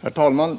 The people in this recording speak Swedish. Herr talman!